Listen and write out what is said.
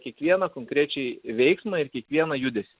kiekvieną konkrečiai veiksmą ir kiekvieną judesį